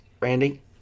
Randy